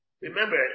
remember